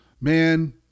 man